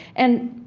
and,